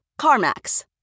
CarMax